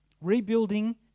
Rebuilding